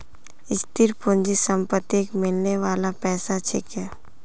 स्थिर पूंजी संपत्तिक मिलने बाला पैसा छिके